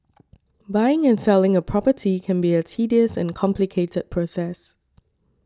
buying and selling a property can be a tedious and complicated process